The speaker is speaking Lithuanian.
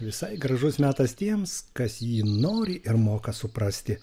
visai gražus metas tiems kas jį nori ir moka suprasti